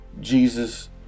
jesus